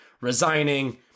resigning